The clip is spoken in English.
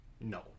No